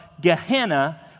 Gehenna